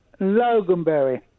Loganberry